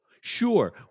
Sure